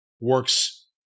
works